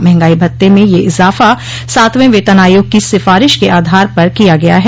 महंगाई भत्ते में यह इजाफा सातवें वेतन आयोग की सिफारिश के आधार पर किया गया है